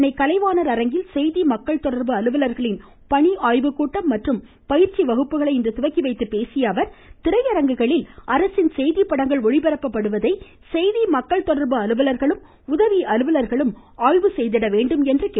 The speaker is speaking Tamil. சென்னை கலைவாணர் அரங்கில் செய்தி மக்கள் தொடர்பு அலுவலர்களின் பணி ஆய்வுக்கூட்டம் மற்றும் பயிற்சி வகுப்புகளை இன்று துவக்கி வைத்து பேசிய அவர் திரையரங்குகளில் அரசின் செய்திப்படங்கள் ஒளிபரப்பப்படுவதை செய்தி மக்கள் தொடர்பு அலுவலர்களும் உதவி அலுவலர்களும் ஆய்வு செய்திட வேண்டும் என்று குறிப்பிட்டார்